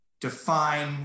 define